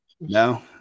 No